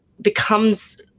becomes